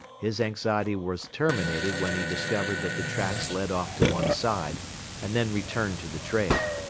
his anxiety was terminated when he discovered that the tracks led off to one side and then returned to the trail.